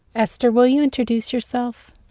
esther, will you introduce yourself?